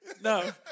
No